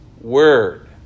word